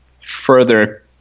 further